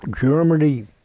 Germany